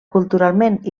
culturalment